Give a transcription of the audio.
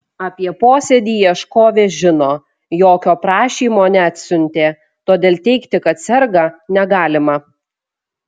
apie posėdį ieškovė žino jokio prašymo neatsiuntė todėl teigti kad serga negalima